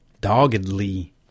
doggedly